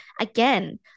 Again